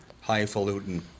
highfalutin